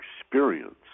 experience